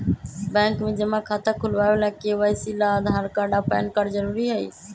bank में जमा खाता खुलावे ला के.वाइ.सी ला आधार कार्ड आ पैन कार्ड जरूरी हई